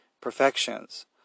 perfections